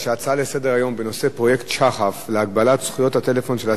שח"ף להגבלת זכויות הטלפון של האסירים מוכן להפעלה,